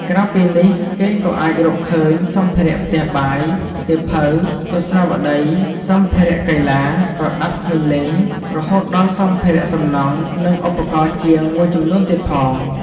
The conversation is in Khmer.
ក្រៅពីនេះ គេក៏អាចរកឃើញ សម្ភារៈផ្ទះបាយ សៀវភៅ ទស្សនាវដ្តី សម្ភារៈកីឡា ប្រដាប់ក្មេងលេង រហូតដល់ សម្ភារៈសំណង់ និងឧបករណ៍ជាង មួយចំនួនទៀតផង។